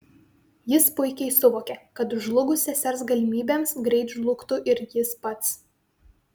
jis puikiai suvokė kad žlugus sesers galimybėms greit žlugtų ir jis pats